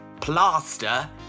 plaster